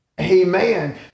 amen